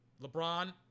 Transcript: LeBron